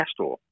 Castor